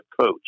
coach